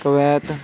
Kuwait